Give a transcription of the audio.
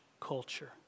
culture